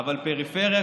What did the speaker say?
אבל הפריפריה,